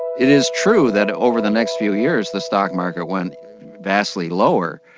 it is true that over the next few years the stock market went vastly lower,